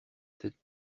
cette